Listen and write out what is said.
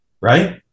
Right